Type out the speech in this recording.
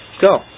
go